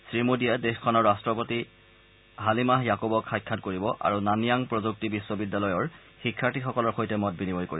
শ্ৰীমোদীয়ে দেশখনৰ ৰট্টপতি হালিমাহ য়াকুবক সাক্ষাৎ কৰিব আৰু নান্য়াং প্ৰযুক্তি বিশ্ববিদ্যালয়ৰ শিক্ষাৰ্থীসকলৰ সৈতে মত বিনিময় কৰিব